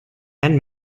and